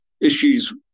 issues